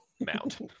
mount